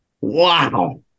Wow